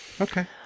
Okay